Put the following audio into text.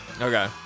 Okay